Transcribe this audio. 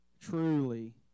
truly